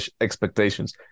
expectations